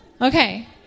Okay